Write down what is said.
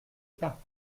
pas